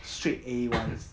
straight A ones